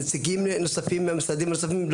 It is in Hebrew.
נציגים נוספים ממשרדים נוספים,